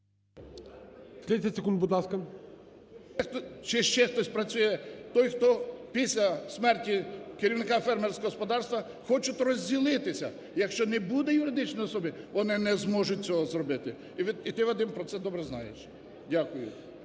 Чи ще хтось працює, той, хто після смерті керівника фермерського господарства, хочуть розділитися. Якщо не буде юридичної особи, вони не зможуть цього зробити. І ти, Вадим, про це добре знаєш. Дякую.